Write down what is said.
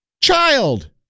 child